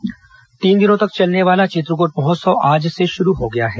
चित्रकोट महोत्सव तीन दिनों तक चलने वाला चित्रकोट महोत्सव आज से शुरू हो गया है